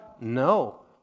No